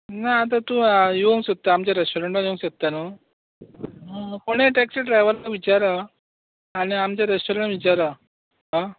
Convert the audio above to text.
ना आता तू येवंक सोदता आमच्या रेस्टोरंटान योवंक सोदता न्हू आ कोणय टॅक्सी ड्रायवराक विचारा आनी आमचे रेस्टॉरंट विचारा